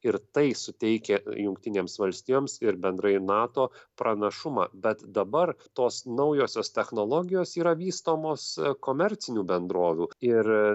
ir tai suteikia jungtinėms valstijoms ir bendrai nato pranašumą bet dabar tos naujosios technologijos yra vystomos komercinių bendrovių ir